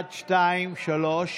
אחד, שניים, שלושה.